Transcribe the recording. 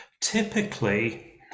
typically